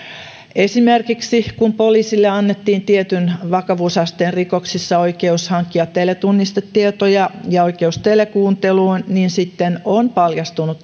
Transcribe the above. esimerkiksi kun poliisille annettiin tietyn vakavuusasteen rikoksissa oikeus hankkia teletunnistetietoja ja oikeus telekuunteluun niin sitten on paljastunut